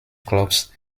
clubs